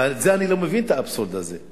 ואני לא מבין את האבסורד הזה.